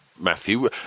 Matthew